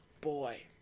boy